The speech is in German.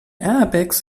airbags